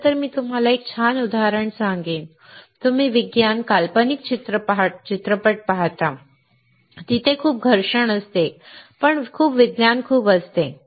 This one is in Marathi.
खरं तर मी तुम्हाला एक छान उदाहरण सांगेन तुम्ही विज्ञान काल्पनिक चित्रपट पाहता तिथे खूप घर्षण असते पण विज्ञान खूप असते